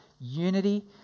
unity